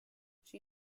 she